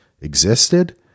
existed